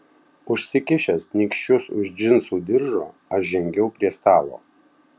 užsikišęs nykščius už džinsų diržo aš žengiau prie stalo